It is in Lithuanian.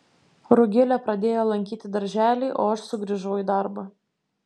rugilė pradėjo lankyti darželį o aš sugrįžau į darbą